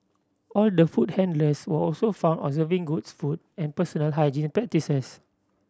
all the food handlers were also found observing goods food and personal hygiene practices